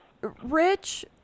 Rich